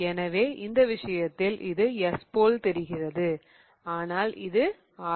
எனவே இந்த விஷயத்தில் இது S போல் தெரிகிறது ஆனால் இது R